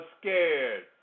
scared